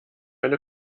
eine